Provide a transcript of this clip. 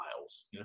miles